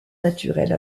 naturelle